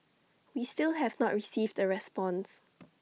we still have not received the response